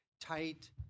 tight